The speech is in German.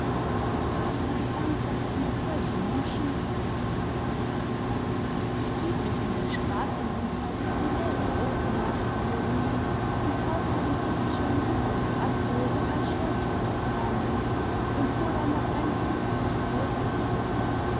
gott sei dank daß es noch solche menschen gibt ich trieb mich in den straßen umher bis die läden aufgemacht wurden und kaufte ein püppchen und eine rassel und ein schäfchen aus samt und fuhr dann nach eimsbüttel zu peters